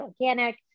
organic